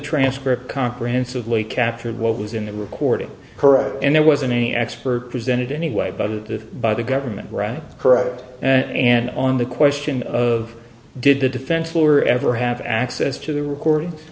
transcript comprehensively captured what was in the recording correct and there wasn't any expert presented anyway but it did by the government run corrupt and on the question of did the defense lawyer ever have access to the recording